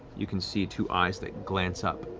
you can see two eyes that glance up,